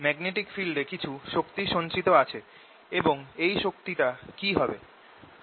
magnetic field এ কিছু শক্তি সঞ্চিত আছে এবং শক্তি টা কি হবে